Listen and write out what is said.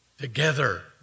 Together